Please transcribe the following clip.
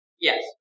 Yes